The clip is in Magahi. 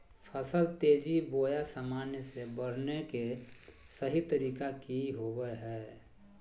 फसल तेजी बोया सामान्य से बढने के सहि तरीका कि होवय हैय?